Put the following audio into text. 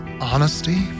honesty